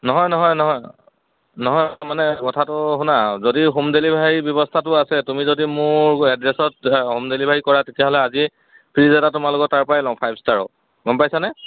নহয় নহয় নহয় নহয় মানে কথাটো শুনা যদি হোম ডেলিভাৰী ব্যৱস্থাটো আছে তুমি যদি মোৰ এড্ৰেছত হ'ম ডেলিভাৰী কৰা তেতিয়াহ'লে আজিয়ে ফ্ৰিজ এটা তোমালোকৰ তাৰপৰাই ল'ম ফাইভ ষ্টাৰৰ গম পাইছানে